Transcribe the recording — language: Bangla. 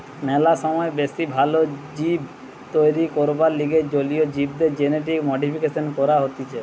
ম্যালা সময় বেশি ভাল জীব তৈরী করবার লিগে জলীয় জীবদের জেনেটিক মডিফিকেশন করা হতিছে